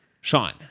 Sean